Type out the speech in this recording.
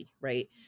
Right